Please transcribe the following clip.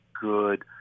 good